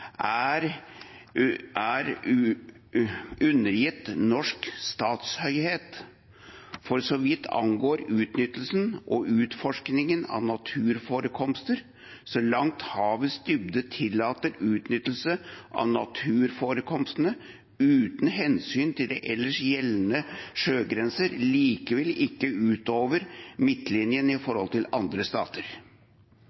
er undergitt norsk statshøyhet for så vidt angår utnyttelse og utforsking av naturforekomster, så langt havets dybde tillater utnyttelse av naturforekomstene, uten hensyn til de ellers gjeldende sjøgrenser, likevel ikke ut over midtlinjen i